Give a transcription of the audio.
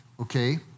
okay